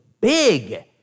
big